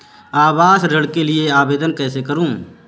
आवास ऋण के लिए आवेदन कैसे करुँ?